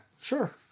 sure